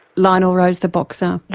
lionel rose the boxer? but